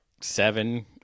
seven